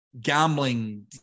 Gambling